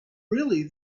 really